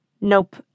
Nope